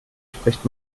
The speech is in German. spricht